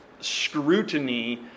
scrutiny